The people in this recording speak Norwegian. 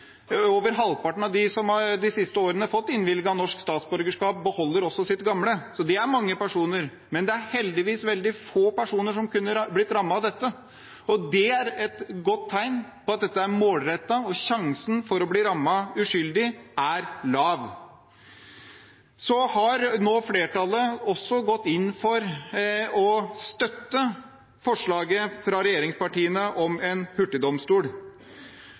Over halvparten av de som de siste årene har fått innvilget norsk statsborgerskap, beholder også sitt gamle. Det er mange personer. Men heldigvis er det veldig få personer som kunne blitt rammet av dette, og det er et godt tegn på at dette er målrettet. Sjansen for å ramme uskyldige er lav. Så har flertallet nå gått inn for å støtte forslaget fra regjeringspartiene om en hurtigdomstol,